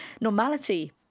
normality